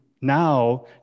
now